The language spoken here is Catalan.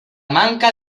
manca